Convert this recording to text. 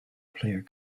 player